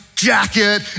Jacket